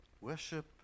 Worship